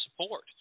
support